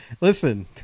Listen